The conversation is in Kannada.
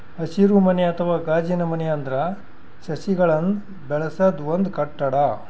ಹಸಿರುಮನೆ ಅಥವಾ ಗಾಜಿನಮನೆ ಅಂದ್ರ ಸಸಿಗಳನ್ನ್ ಬೆಳಸದ್ ಒಂದ್ ಕಟ್ಟಡ